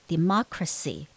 Democracy